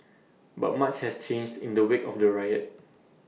but much has changed in the wake of the riot